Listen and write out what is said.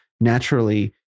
naturally